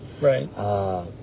Right